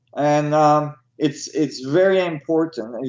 and um it's it's very important.